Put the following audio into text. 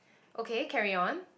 okay carry on